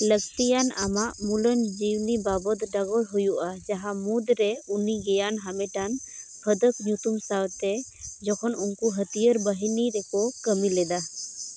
ᱞᱟᱹᱠᱛᱤᱭᱟᱱ ᱟᱢᱟᱜ ᱢᱩᱞᱟᱹᱱ ᱡᱤᱣᱱᱤ ᱵᱟᱵᱚᱫᱽ ᱰᱚᱜᱚᱨ ᱦᱩᱭᱩᱜᱼᱟ ᱡᱟᱦᱟᱸ ᱢᱩᱫᱽᱨᱮ ᱩᱱᱤ ᱜᱮᱭᱟᱱ ᱦᱟᱢᱮᱴᱟᱱ ᱯᱷᱟᱹᱫᱟᱹᱜ ᱧᱩᱛᱩᱢ ᱥᱟᱶᱛᱮ ᱡᱚᱠᱷᱚᱱ ᱩᱱᱠᱚ ᱦᱟᱹᱛᱤᱭᱟᱹᱨ ᱵᱟᱹᱦᱤᱱᱤ ᱨᱮᱠᱚ ᱠᱟᱹᱢᱤᱞᱮᱫᱟ